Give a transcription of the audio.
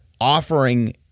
offering